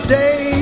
day